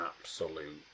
absolute